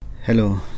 Hello